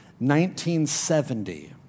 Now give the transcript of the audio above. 1970